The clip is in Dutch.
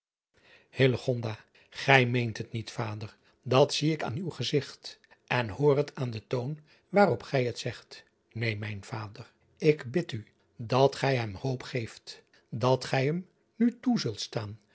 ij meent het niet ader dat zie ik aan uw gezigt en hoor het aan den toon waarop gij het zegt een mijn vader k bid u dat gij hem hoop geeft dat gij hem nu toe zult staan